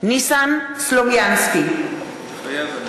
ניסן סלומינסקי, מתחייב אני